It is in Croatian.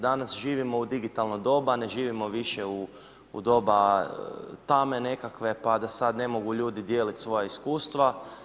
Danas živimo u digitalno doba, ne živimo više u doba tame nekakve pa da sad ne mogu ljudi dijeliti svoja iskustva.